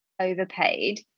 overpaid